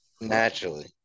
naturally